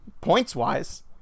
points-wise